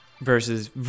Versus